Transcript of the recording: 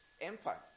empire